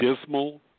dismal